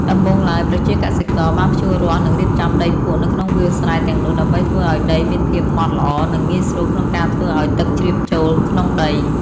ដំបូងឡើយ ប្រជាកសិករបានភ្ជួររាស់និងរៀបចំដីភក់នៅក្នុងវាលស្រែទាំងនោះដើម្បីធ្វើឲ្យដីមានភាពម៉ដ្ឋល្អនិងងាយស្រួលក្នុងការធ្វើឲ្យទឹកជ្រាបចូលក្នុងដី។